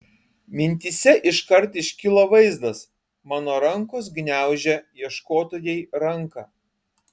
mintyse iškart iškilo vaizdas mano rankos gniaužia ieškotojai ranką